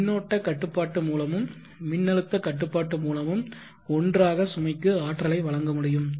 மின்னோட்ட கட்டுப்பாட்டு மூலமும் மின்னழுத்த கட்டுப்பாட்டு மூலமும் ஒன்றாக சுமைக்கு ஆற்றலை வழங்க முடியும்